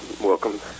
welcome